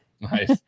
Nice